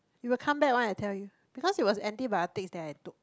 you will come back one I tell you because it was antibiotics that I took